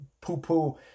poo-poo